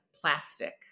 plastic